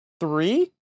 three